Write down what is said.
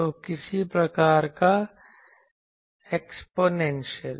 तो किसी प्रकार का एक्स्पोनेंशियल